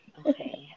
okay